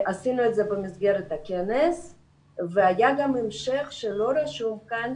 עשינו את זה במסגרת הכנס והיה גם המשך שלא רשום כאן,